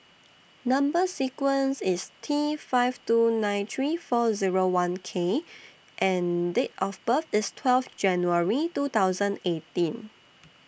Number sequence IS T five two nine three four Zero one K and Date of birth IS twelve January two thousand eighteen